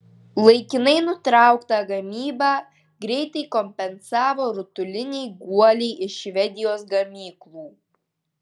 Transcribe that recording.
laikinai nutrauktą gamybą greitai kompensavo rutuliniai guoliai iš švedijos gamyklų